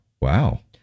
Wow